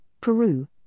Peru